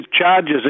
charges